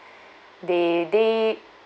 they they